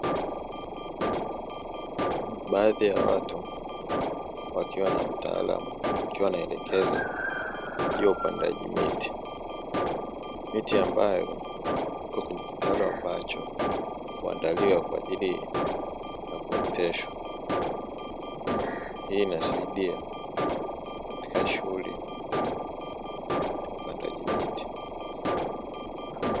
Baadhi ya watu wakiwa na mtaalamu akiwa anawaelekeza juu ya upandaji miti, miti ambayo ipo kwenye kitalu ambacho huandaliwa kwa ajili ya kuoteshwa, hii inasaidia katika shughuli ya upandaji miti.